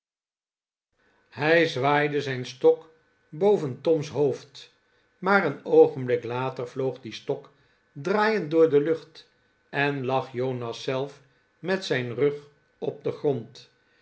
hij zwaaide zijn stok boven tom's hoofd maar een oogenblik later vloog die stok draaiend door de lucht en lag jonas zelf met zijn rug op den grond